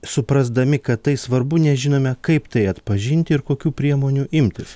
suprasdami kad tai svarbu nežinome kaip tai atpažinti ir kokių priemonių imtis